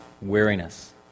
Weariness